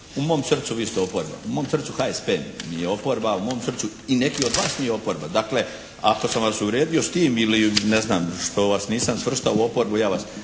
U mom srcu vi ste oporba. U mom srcu HSP nije oporba. U mom srcu i neki od vas nije oporba. Dakle ako sam vas uvrijedio s time ili ne znam što vas nisam svrstao u oporbu ja vas